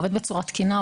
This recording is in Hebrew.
עובד בצורה תקינה,